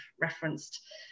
referenced